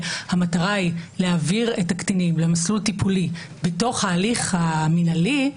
המטרה היא להעביר את הקטינים למסלול טיפולי בתוך ההליך המינהלי,